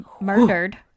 murdered